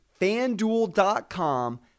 FanDuel.com